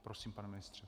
Prosím, pane ministře.